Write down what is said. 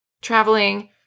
traveling